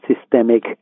systemic